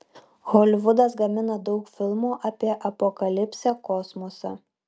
holivudas gamina daug filmų apie apokalipsę kosmosą